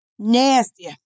nasty